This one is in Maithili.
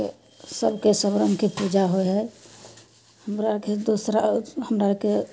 पूजाके सबके सब रंगके पूजा होइ हइ हमरा आरके दोसरा हमरा आरके